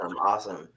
Awesome